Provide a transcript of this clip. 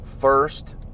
first